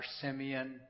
Simeon